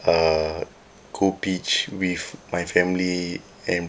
uh go beach with my family and